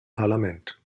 parlament